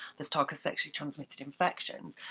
there's talk of sexually transmitted infections,